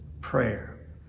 prayer